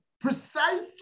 precisely